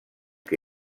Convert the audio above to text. que